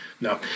No